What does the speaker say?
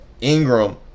Ingram